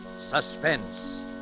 suspense